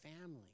family